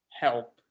help